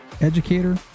educator